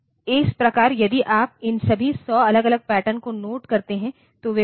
इस प्रकार यदि आप इन सभी 100 अलग अलग पैटर्न को नोट करते हैं